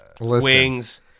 wings